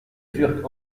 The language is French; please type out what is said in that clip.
furent